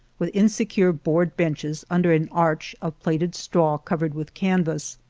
with insecure board benches under an arch of plaited straw covered with canvas.